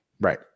Right